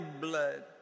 blood